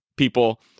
People